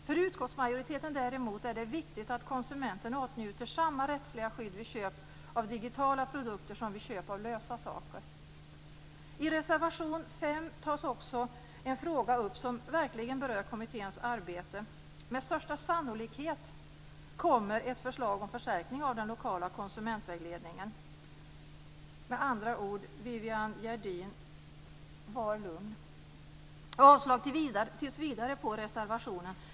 För utskottsmajoriteten är det däremot viktigt att konsumenten åtnjuter samma rättsliga skydd vid köp av digitala produkter som vid köp av lösa saker. I reservation 5 tas också en fråga upp som verkligen berör kommitténs arbete. Med största sannolikhet kommer ett förslag om förstärkning av den lokala konsumentvägledningen. Med andra ord, Viviann Gerdin: Var lugn! Jag yrkar tills vidare avslag på reservationen.